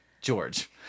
George